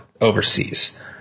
overseas